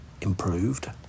improved